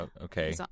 Okay